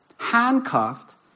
Handcuffed